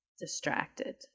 distracted